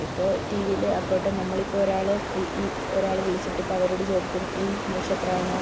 ഇപ്പോൾ ടി വിയിൽ ആയിക്കോട്ടെ നമ്മളിപ്പോൾ ഒരാൾ ഇ ഈ ഒരാൾ വിളിച്ചിട്ട് ഇതിപ്പം അവരോട് ചോദിക്കുന്നു ഇ നക്ഷത്രമാണ്